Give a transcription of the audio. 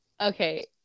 Okay